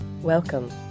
Welcome